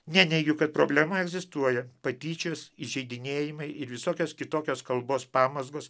neneigiu kad problema egzistuoja patyčios įžeidinėjimai ir visokios kitokios kalbos pamazgos